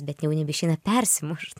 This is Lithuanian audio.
bet jau nebeišeina persimušt